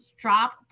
drop